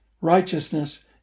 Righteousness